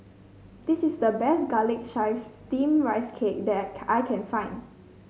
this is the best Garlic Chives Steamed Rice Cake that I can find